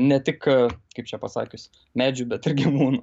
ne tik kaip čia pasakius medžių bet ir gyvūnų